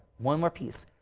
one more piece.